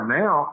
now